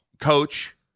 coach